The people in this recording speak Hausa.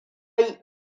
yi